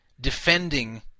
defending